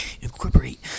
incorporate